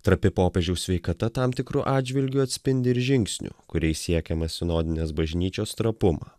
trapi popiežiaus sveikata tam tikru atžvilgiu atspindi ir žingsnių kuriais siekiama sinodinės bažnyčios trapumą